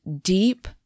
deep